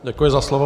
Děkuji za slovo.